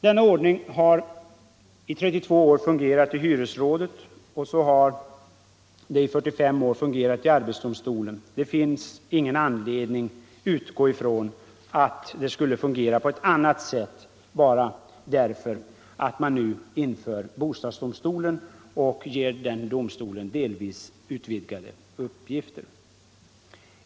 Denna ordning har i 32 år fungerat i hyresrådet och i 45 år i arbetsdomstolen. Det finns ingen anledning att utgå ifrån att det skulle fungera på ett annat sätt bara därför att man nu inför bostadsdomstolen och ger den i förhållande till hyresrådet delvis utvidgade uppgifter.